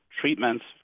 treatments